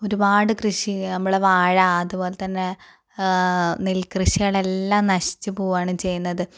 ഒരുപാട് കൃഷി നമ്മുടെ വാഴ അതുപോലെ തന്നെ നെൽകൃഷികളെല്ലാം നശിച്ചു പോവുകയാണ് ചെയ്യുന്നത്